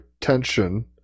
tension